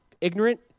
ignorant